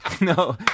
No